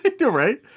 Right